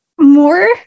more